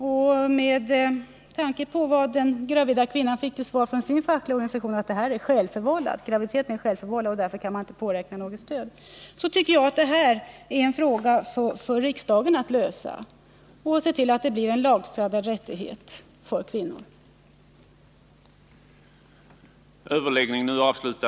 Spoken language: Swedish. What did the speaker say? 3 Med tanke på vad den gravida kvinnan fick till svar från sin fackliga organisation, nämligen att graviditet är något självförvållat och att man därför inte kan påräkna något stöd, tycker jag att det är en angelägenhet för riksdagen att se till att gravida kvinnor får lagstadgad rätt att besöka mödravårdscentraler och andra vårdinrättningar.